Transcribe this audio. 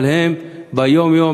אבל ביום-יום,